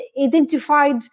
identified